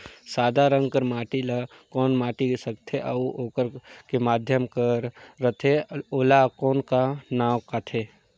सादा रंग कर माटी ला कौन माटी सकथे अउ ओकर के माधे कर रथे ओला कौन का नाव काथे?